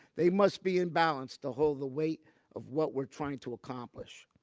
they must be in balance to hold the weight of what we're trying to accomplish.